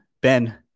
Ben